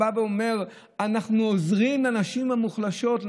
ובא ואומר: אנחנו עוזרים לנשים המוחלשות,